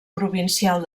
provincial